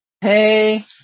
Hey